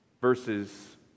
verses